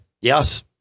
Yes